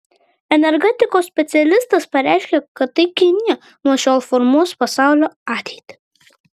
energetikos specialistas pareiškė kad tai kinija nuo šiol formuos pasaulio ateitį